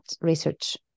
research